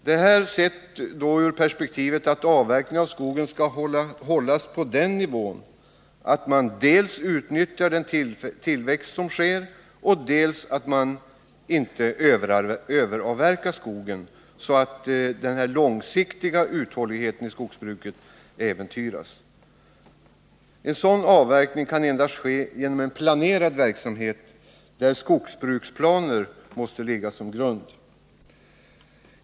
Detta skall ses ur det perspektivet att avverkningen av skogen skall hållas på en sådan nivå att man dels utnyttjar den tillväxt som sker, dels inte överavverkar skogen så att den långsiktiga uthålligheten i skogsbruket äventyras. En sådan avverkning kan endast ske genom en planerad verksamhet, för vilken skogsbruksplaner måste ligga som grund.